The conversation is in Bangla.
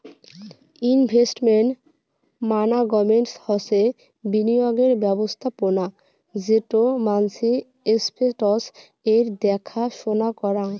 ইনভেস্টমেন্ট মানাগমেন্ট হসে বিনিয়োগের ব্যবস্থাপোনা যেটো মানসি এস্সেটস এর দ্যাখা সোনা করাং